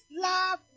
love